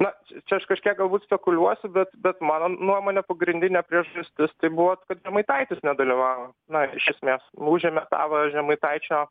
na čia aš kažkiek galbūt spekuliuosiu bet bet mano nuomone pagrindinė priežastis tai buvo kad žemaitaitis nedalyvavo na iš esmės užėmė tą va žemaitaičio